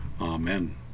Amen